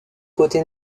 côté